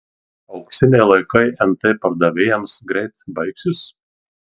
auksiniai laikai nt pardavėjams greit baigsis